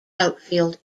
outfield